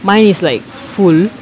mine is like full